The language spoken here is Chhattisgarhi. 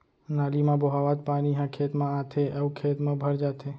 नाली म बोहावत पानी ह खेत म आथे अउ खेत म भर जाथे